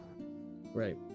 Right